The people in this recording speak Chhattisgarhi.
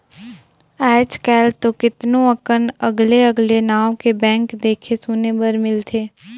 आयज कायल तो केतनो अकन अगले अगले नांव के बैंक देखे सुने बर मिलथे